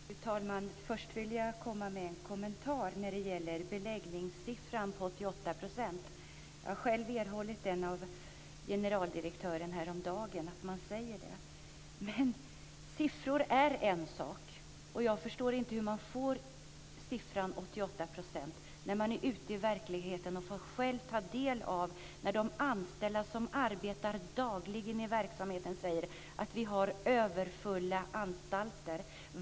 Fru talman! Först vill jag komma med en kommentar när det gäller beläggningssiffran på 88 %. Jag har själv erhållit den av generaldirektören häromdagen. Man säger det. Men siffror är en sak. Jag förstår inte hur man får fram siffran 88 % när man ute i verkligheten själv får ta del av att de anställda som dagligen arbetar i verksamheten säger att anstalterna är överfulla.